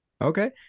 Okay